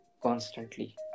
constantly